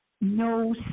No